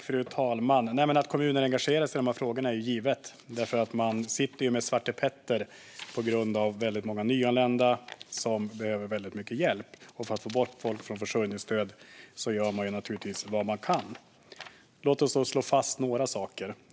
Fru talman! Att kommunerna engagerar sig i de här frågorna är givet. De sitter ju med svartepetter på grund av väldigt många nyanlända som behöver väldigt mycket hjälp. För att få bort folk från försörjningsstöd gör man naturligtvis vad man kan. Låt oss slå fast några saker.